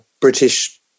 British